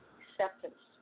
acceptance